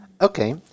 Okay